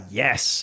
yes